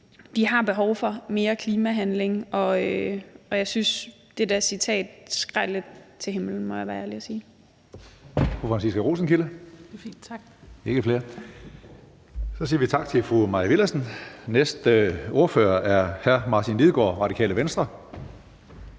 der er behov for mere klimahandling, og jeg synes, det der citat skreg lidt til himlen, må jeg være ærlig og sige.